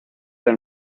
del